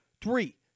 three